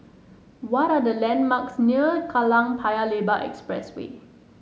what are the landmarks near Kallang Paya Lebar Expressway